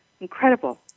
Incredible